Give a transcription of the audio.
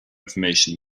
information